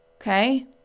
Okay